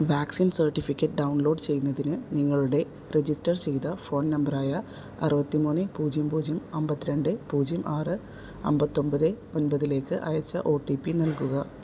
vaccine certificate download ചെയ്യുന്നതിന് നിങ്ങളുടെ register ചെയ്ത ഫോൺ നമ്പർ ആയ അറുപത്തിമൂന്ന് പൂജ്യം പൂജ്യം അമ്പത് രണ്ട് പൂജ്യം ആറ് അമ്പത്തൊമ്പത് ഒമ്പതിലേക്ക് അയച്ച ഒ ട്ടി പി നൽകുക